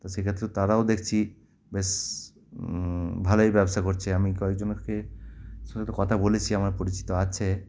তো সেই ক্ষেত্রে তারাও দেখছি বেশ ভালোই ব্যবসা করছে আমি কয়েকজনকে শুধু তো কথা বলেছি আমার পরিচিত আছে